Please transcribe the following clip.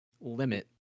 limit